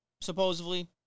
supposedly